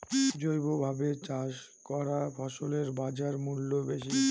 জৈবভাবে চাষ করা ফসলের বাজারমূল্য বেশি